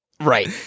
Right